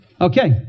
Okay